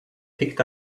picked